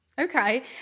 Okay